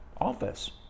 office